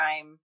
time